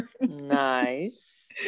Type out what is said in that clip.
Nice